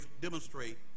demonstrate